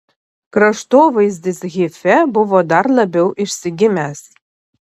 kraštovaizdis hife buvo dar labiau išsigimęs